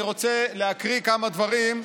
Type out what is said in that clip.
אני רוצה להקריא כמה דברים,